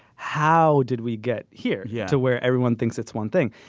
how did we get here yeah to where everyone thinks it's one thing?